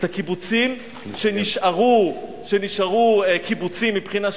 הקיבוצים שנשארו קיבוצים מבחינה שיתופית.